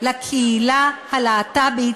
לקהילה הלהט"בית